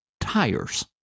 tires